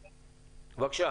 בבקשה.